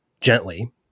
gently